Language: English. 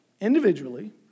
individually